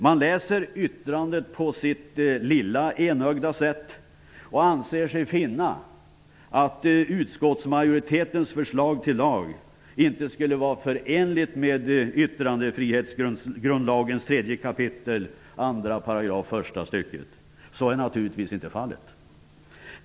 Man läser yttrandet på sitt lilla enögda sätt och anser sig finna att utskottsmajoritetens förslag till lag inte skulle vara förenligt med yttrandefrihetsgrundlagens 3 kap. 2 § första stycket. Så är naturligtvis inte fallet.